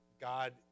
God